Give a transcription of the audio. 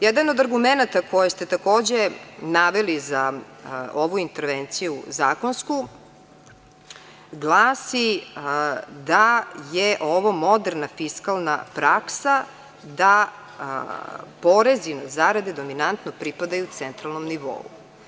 Jedan od argumenata koji ste takođe naveli za ovu intervenciju zakonsku glasi da je ovo moderna fiskalna praksa da porezi na zarade dominantno pripadaju centralnom nivou.